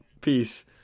peace